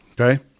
Okay